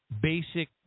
basic